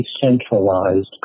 decentralized